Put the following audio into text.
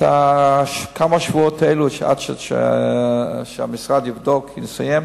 את השבועות האלה עד שהמשרד יבדוק ויסיים,